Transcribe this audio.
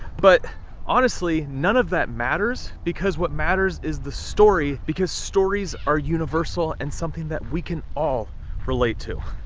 but honestly none of that matters, because what matters is the story, because stories are universal and something that we can all relate to.